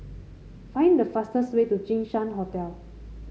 find the fastest way to Jinshan Hotel